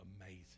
amazing